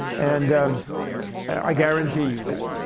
and i guarantee you, though,